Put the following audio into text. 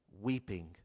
weeping